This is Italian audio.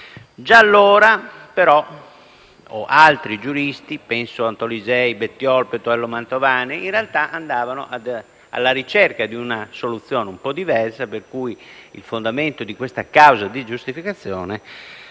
Già allora, però, altri giuristi, come Antolisei, Bettiol e Pettoello Mantovani in realtà andavano alla ricerca di una soluzione un po' diversa, per cui il fondamento di questa causa di giustificazione